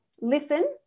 listen